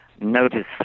notice